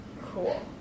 cool